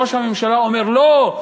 ראש הממשלה אומר: לא,